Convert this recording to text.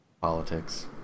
politics